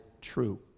true